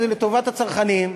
וזה לטובת הצרכנים,